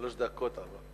שלוש דקות עברו.